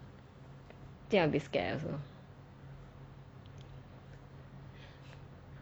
think I will be scared also